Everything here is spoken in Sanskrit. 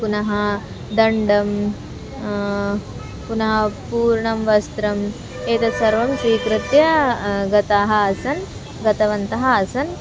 पुनः दण्डं पुनः पूर्णं वस्त्रम् एतत् सर्वं स्वीकृत्य गताः आस्म गतवन्तः आस्म्